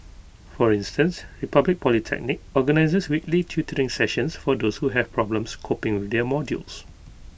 for instance republic polytechnic organises weekly tutoring sessions for those who have problems coping with their modules